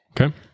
Okay